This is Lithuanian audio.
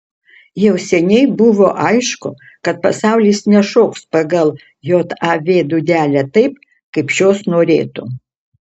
jau seniai buvo aišku kad pasaulis nešoks pagal jav dūdelę taip kaip šios norėtų